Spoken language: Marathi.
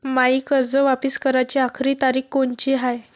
मायी कर्ज वापिस कराची आखरी तारीख कोनची हाय?